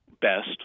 best